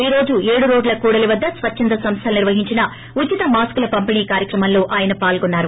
ఈ రోజు ఏడు రోడ్ల కూడలి వద్ద స్వచ్చంధ సంస్థలు నిర్వహించిన ఉచిత మాస్కుల పంపిణీ కార్యక్రమంలో ఆయన పాల్గొన్నారు